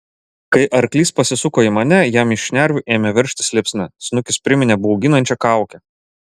kai arklys pasisuko į mane jam iš šnervių ėmė veržtis liepsna snukis priminė bauginančią kaukę